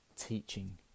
Teaching